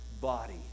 body